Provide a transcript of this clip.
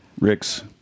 Ricks